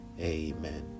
Amen